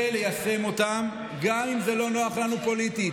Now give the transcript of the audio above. וליישם אותן גם אם זה לא נוח לנו פוליטית.